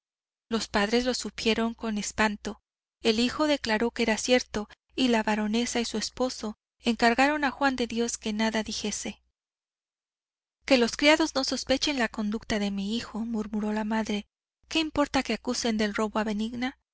los padres lo supieron con espanto el hijo declaró que era cierto y la baronesa y su esposo encargaron a juan de dios que nada dijese que los criados no sospechen la conducta de mi hijo murmuró la madre qué importa que acusen del robo a benigna